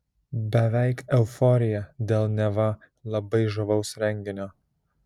beveik euforija dėl neva labai žavaus renginio